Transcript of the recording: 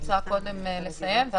רוצה קודם לסיים?